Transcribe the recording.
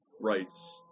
rights